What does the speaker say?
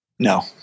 No